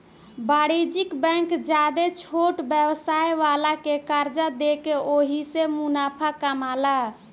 वाणिज्यिक बैंक ज्यादे छोट व्यवसाय वाला के कर्जा देके ओहिसे मुनाफा कामाला